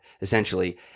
essentially